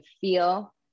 feel